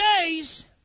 days